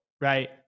right